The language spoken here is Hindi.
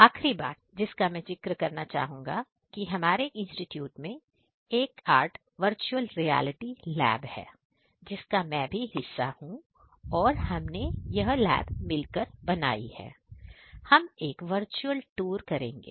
आखरी बात जिसका में जिक्र करना चाहूंगा कि हमारे इंस्टिट्यूट करेंगे